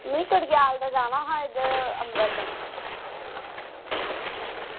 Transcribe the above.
में कड़कयाल दा जाना हा इद्धर अंबरसर